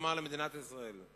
כלומר למדינת ישראל.